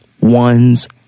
one's